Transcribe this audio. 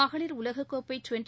மகளிர் உலகக்கோப்பை டுவெண்டி